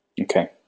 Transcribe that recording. Okay